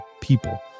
people